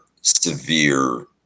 severe